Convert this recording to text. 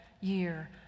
year